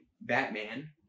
batman